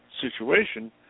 situation